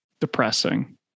depressing